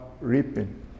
reaping